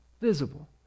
visible